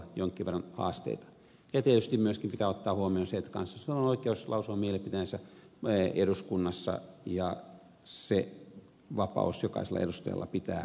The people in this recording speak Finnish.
tietysti myöskin pitää ottaa huomioon se että kansalaisilla on oikeus lausua mielipiteensä eduskunnassa ja se vapaus jokaisella edustajalla pitää olla